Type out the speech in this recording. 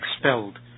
expelled